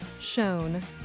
shown